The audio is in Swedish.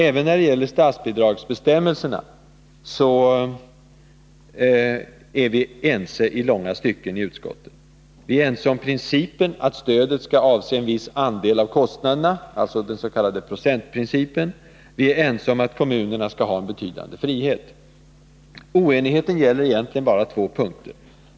Även när det gäller statsbidragsbestämmelserna är vi i långa stycken ense i utskottet. Vi är ense om principen att stödet skall avse en viss andel av kostnaderna, alltså den s.k. procentprincipen, och vi är ense om att kommunerna skall ha en betydande frihet. Oenigheten gäller egentligen bara två punkter.